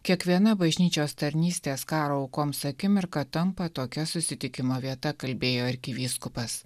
kiekviena bažnyčios tarnystės karo aukoms akimirka tampa tokia susitikimo vieta kalbėjo arkivyskupas